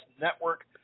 Network